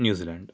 New Zealand